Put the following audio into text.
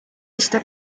está